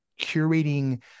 curating